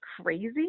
crazy